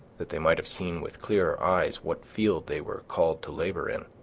that they might have seen with clearer eyes what field they were called to labor in.